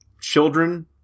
children